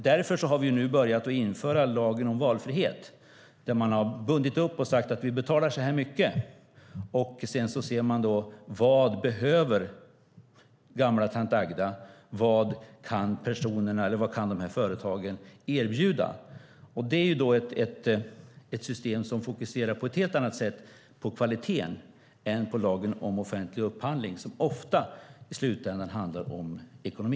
Därför har vi nu börjat införa lagen om valfrihet, där man binder upp och säger: Vi betalar så här mycket. Sedan får man se vad gamla tant Agda behöver och vad de här personerna eller företagen kan erbjuda. Det är ett system som på ett helt annat sätt fokuserar på kvaliteten än lagen om offentlig upphandling, som i slutändan ofta handlar om ekonomi.